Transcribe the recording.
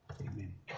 amen